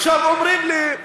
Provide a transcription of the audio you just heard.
עכשיו אומרים לי,